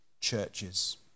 churches